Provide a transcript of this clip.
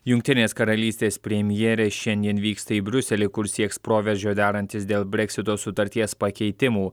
jungtinės karalystės premjerė šiandien vyksta į briuselį kur sieks proveržio derantis dėl breksito sutarties pakeitimų